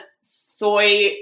soy